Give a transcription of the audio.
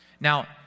Now